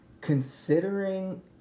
considering